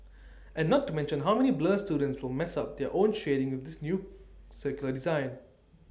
and not to mention how many blur students will mess up their own shading with this new circular design